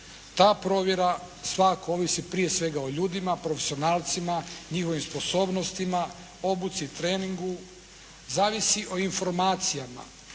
Ta provjera svakako ovisi prije svega o ljudima, profesionalcima, njihovim sposobnostima, obuci, treningu. Zavisi o informacijama